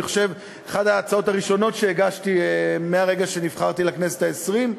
אני חושב שזו אחת ההצעות הראשונות שהגשתי מהרגע שנבחרתי לכנסת העשרים,